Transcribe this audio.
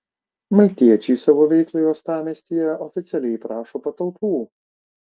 maltiečiai savo veiklai uostamiestyje oficialiai prašo patalpų